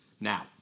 Now